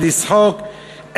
עת לשחוק,